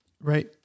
Right